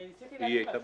אני ניסיתי להגיד משהו.